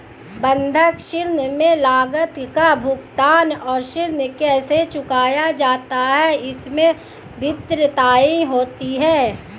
बंधक ऋण में लागत का भुगतान और ऋण कैसे चुकाया जाता है, इसमें भिन्नताएं होती हैं